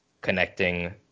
connecting